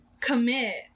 commit